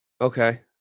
Okay